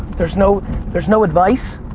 there's no there's no advice,